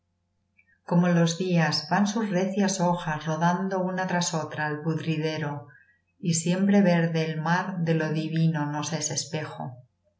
como los días van sus recias hojas rodando una tras otra al pudridero y siempre verde el mar de lo divino nos es espejo